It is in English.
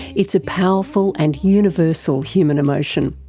it's a powerful and universal human emotion,